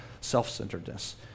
self-centeredness